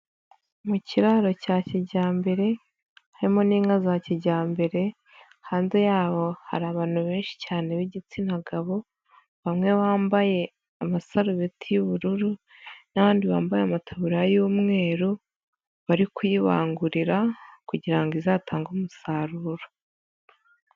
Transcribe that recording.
Mu kiraro cya kijyambere harimo n'inka za kijyambere, hanze y'aho hari abantu benshi cyane b'igitsina gabo, bamwe bambaye amasarubeti y'ubururu n'abandi bambaye amataburiya y'umweru, bari kuyibangurira kugira izatange umusaruro.